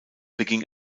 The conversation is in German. beging